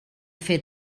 fer